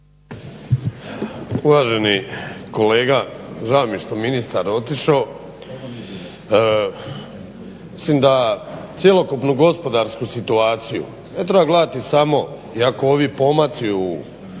Uvaženi kolega, žao mi je što je ministar otišao, mislim da cjelokupnu gospodarsku situaciju ne treba gledati samo iako ovi pomaci u